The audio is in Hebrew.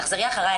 תחזרי אחריי,